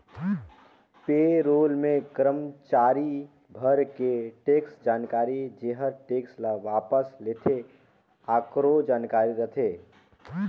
पे role मे करमाचारी भर के टेक्स जानकारी जेहर टेक्स ल वापस लेथे आकरो जानकारी रथे